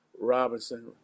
Robinson